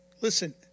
listen